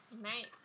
Nice